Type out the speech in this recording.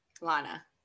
lana